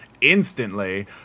instantly